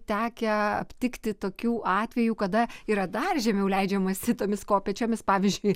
tekę aptikti tokių atvejų kada yra dar žemiau leidžiamasi tomis kopėčiomis pavyzdžiui